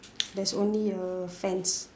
there's only a fence